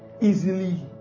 easily